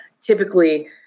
typically